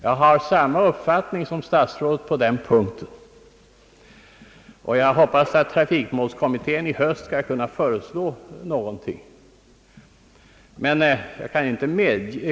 Jag har samma uppfattning som herr statsrådet på denna punkt och hoppas att trafikmålskommittén i höst skall kunna framlägga något förslag i detta avseende.